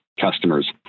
customers